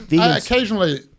Occasionally